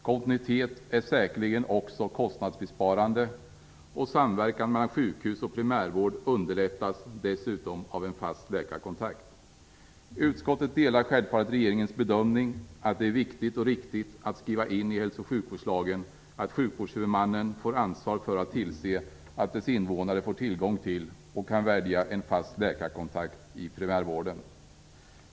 Kognitet är säkerligen också kostnadsbesparande, och samverkan mellan sjukhus och primärvård underlättas dessutom av en fast läkarkontakt. Utskottet delar självfallet regeringens bedömning att det är riktigt och viktigt att skriva in i hälso och sjukvårdslagen att sjukvårdshuvudmannen får ansvar för att tillse att invånarna får tillgång till och kan välja en fast läkarkontakt i primärvården.